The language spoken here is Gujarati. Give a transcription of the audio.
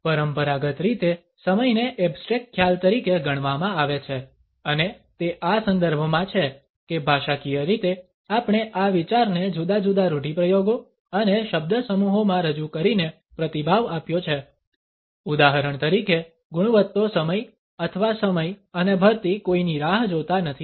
પરંપરાગત રીતે સમયને એબસ્ટ્રેક ખ્યાલ તરીકે ગણવામાં આવે છે અને તે આ સંદર્ભમાં છે કે ભાષાકીય રીતે આપણે આ વિચારને જુદા જુદા રૂઢિપ્રયોગો અને શબ્દસમૂહોમાં રજૂ કરીને પ્રતિભાવ આપ્યો છે ઉદાહરણ તરીકે ગુણવત્તો સમય અથવા સમય અને ભરતી કોઈની રાહ જોતા નથી